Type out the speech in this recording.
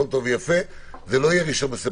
לא יכול להיות שזה יהיה 1 בספטמבר.